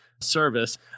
service